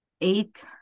eight